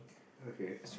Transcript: okay